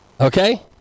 Okay